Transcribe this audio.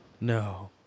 No